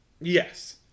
Yes